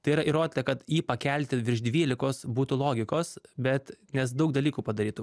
tai yra įrodyta kad jį pakelti virš dvylikos būtų logikos bet nes daug dalykų padarytų